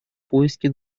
поиски